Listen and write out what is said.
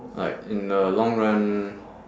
like in the long run